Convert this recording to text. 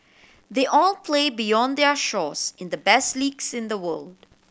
they all play beyond their shores in the best leagues in the world